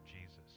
Jesus